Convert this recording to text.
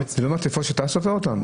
אלה לא מעטפות שאתה סופר אותן?